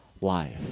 life